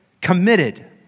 committed